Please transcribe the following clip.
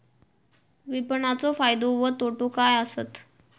विपणाचो फायदो व तोटो काय आसत?